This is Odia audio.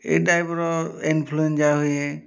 ଏଇଟା ଏ ଇନଫ୍ଲୁଏଞ୍ଜା ହୁଏ